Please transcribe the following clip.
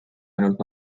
ainult